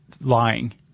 lying